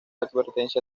advertencia